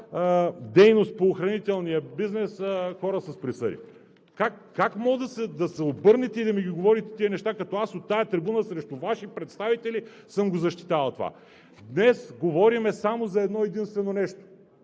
дейност по охранителния бизнес хора с присъди. Как може да се обърнете и да ми ги говорите тези неща, като аз от тази трибуна срещу Ваши представители съм го защитавал това? Днес говорим само за едно-единствено нещо: